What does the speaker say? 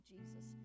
Jesus